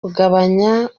kugabanya